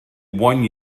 one